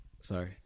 Sorry